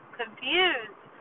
confused